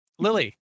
Lily